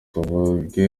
tuvuge